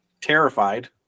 terrified